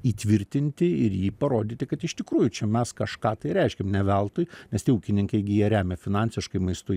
įtvirtinti ir jį parodyti kad iš tikrųjų čia mes kažką tai reiškiam ne veltui nes tie ūkininkai gi jie remia finansiškai maistu